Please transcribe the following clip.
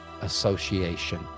association